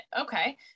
Okay